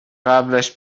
قبلش